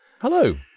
hello